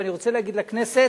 ואני רוצה להגיד לכנסת: